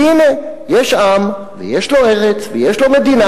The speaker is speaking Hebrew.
כי הנה, יש עם ויש לו ארץ ויש לו מדינה.